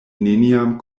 neniam